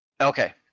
Okay